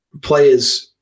players